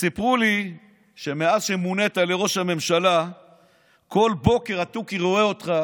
וסיפרו לי שמאז שמונית לראש הממשלה כל בוקר התוכי רואה אותך,